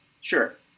sure